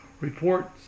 reports